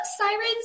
sirens